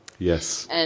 Yes